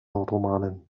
romanen